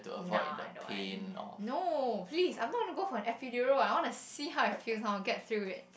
nah I don't want no please I thought I want to go for an epidural I want to see how it feels I want to get through it